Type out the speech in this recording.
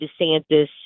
DeSantis